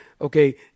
Okay